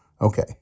Okay